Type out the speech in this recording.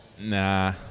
Nah